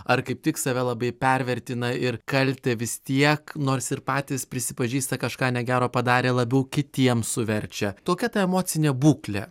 ar kaip tik save labai pervertina ir kaltę vis tiek nors ir patys prisipažįsta kažką negero padarę labiau kitiem suverčia tokia ta emocinė būklė